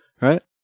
right